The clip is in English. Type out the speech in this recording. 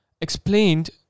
explained